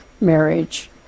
marriage